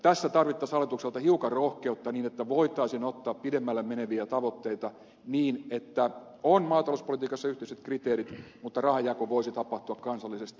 tässä tarvittaisiin hallitukselta hiukan rohkeutta niin että voitaisiin ottaa pidemmälle meneviä tavoitteita niin että maatalouspolitiikassa on yhteiset kriteerit mutta rahanjako voisi tapahtua kansallisesti